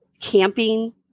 camping